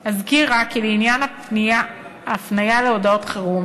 אזכיר רק כי לעניין הפניה להודעות חירום,